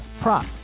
prop